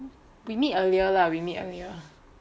we meet earlier lah we meet earlier